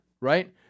Right